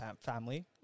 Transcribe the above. family